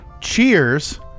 cheers